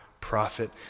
prophet